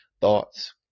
thoughts